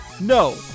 No